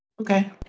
Okay